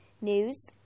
News